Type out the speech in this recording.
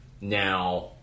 Now